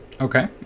Okay